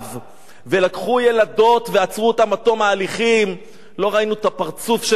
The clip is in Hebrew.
ולקחו ילדות ועצרו אותן עד תום ההליכים לא ראינו את הפרצוף שלכם,